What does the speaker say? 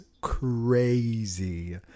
crazy